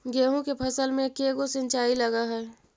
गेहूं के फसल मे के गो सिंचाई लग हय?